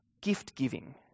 gift-giving